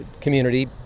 community